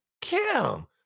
Kim